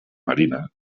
marina